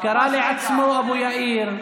את תאמרו "דאוד"; כמו "אבו יאיר",